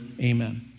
Amen